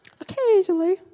Occasionally